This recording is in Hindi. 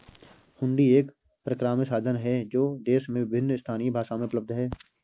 हुंडी एक परक्राम्य साधन है जो देश में विभिन्न स्थानीय भाषाओं में उपलब्ध हैं